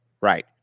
Right